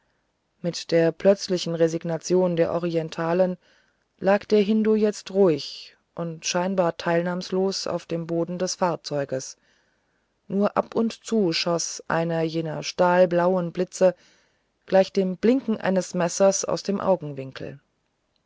mit der plötzlichen resignation des orientalen lag der hindu jetzt ruhig und scheinbar teilnahmslos auf dem boden des fahrzeuges nur ab und zu schoß einer jener stahlblauen blitze gleich dem blinken eines messers aus dem augenwinkel